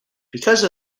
because